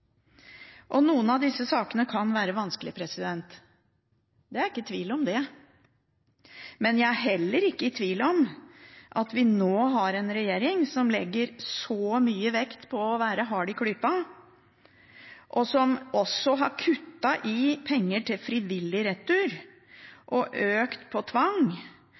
noen av disse sakene kan være vanskelige, er det ikke tvil om. Men jeg er heller ikke i tvil om at vi nå har en regjering som legger mye vekt på å være hard i klypa, som også har kuttet i penger til frivillig retur og økt